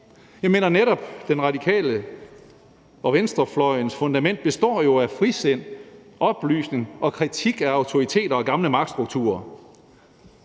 Jeg mener netop, at De Radikales og venstrefløjens fundament jo består af frisind, oplysning og kritik af autoriteter og gamle magtstrukturer.